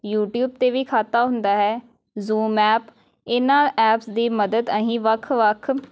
YouTube 'ਤੇ ਵੀ ਖਾਤਾ ਹੁੰਦਾ ਹੈ ਜ਼ੂਮ ਐਪ ਇਨ੍ਹਾਂ ਐਪਸ ਦੀ ਮਦਦ ਅਸੀਂ ਵੱਖ ਵੱਖ